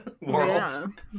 World